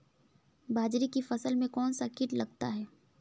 बाजरे की फसल में कौन सा कीट लगता है?